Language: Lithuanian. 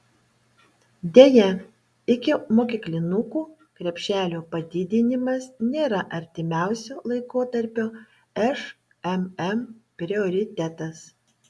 deja ikimokyklinukų krepšelio padidinimas nėra artimiausio laikotarpio šmm prioritetas